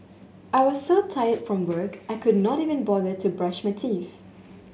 I was so tired from work I could not even bother to brush my teeth